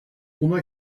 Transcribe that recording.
buna